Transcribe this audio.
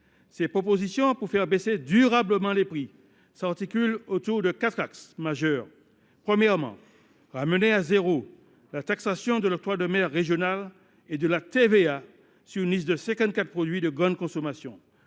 Ces propositions pour faire baisser durablement les prix s’articulent autour de quatre axes majeurs. Premièrement, ramener à zéro la taxation de l’octroi de mer régional et de la TVA sur une liste de cinquante quatre produits de grande consommation.